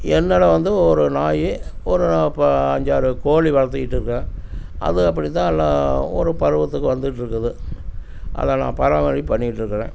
என்னோடய வந்து ஒரு நாய் ஒரு அஞ்சாறு கோழி வளர்த்திட்ருக்கறேன் அது அப்படித்தான் எல்லாம் ஒரு பருவத்துக்கு வந்துட்டிருக்குது அதை நான் பராமரிப்பு பண்ணிட்டிருக்கறேன்